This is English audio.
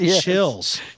chills